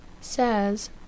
says